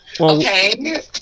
Okay